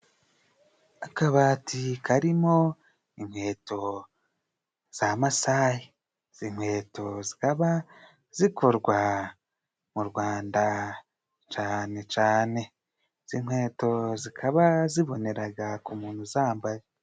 Akabati karimo inkweto za masayi izi nkweto zikaba zikorwa mu rwanda cane cane izi nkweto zikaba ziboneraga ku muntu uzambaye.